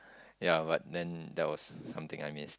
ya but then that was something I miss